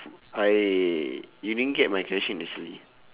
I you didn't get my question actually